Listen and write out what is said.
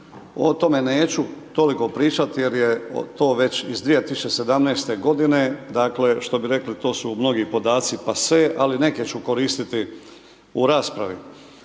o tome neću toliko pričati jer je to već iz 2017. godine, dakle, što bi rekli to su mnogi podaci passe, ali neke ću koristiti u raspravi.